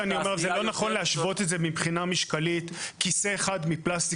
לא נכון להשוות את זה משקלית כיסא אחד מפלסטיק